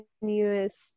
continuous